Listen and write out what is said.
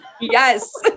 Yes